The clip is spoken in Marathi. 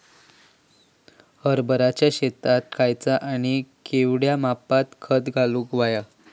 हरभराच्या शेतात खयचा आणि केवढया मापात खत घालुक व्हया?